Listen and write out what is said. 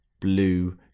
blue